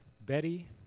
Betty